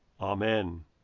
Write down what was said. Amen